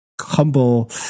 humble